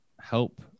help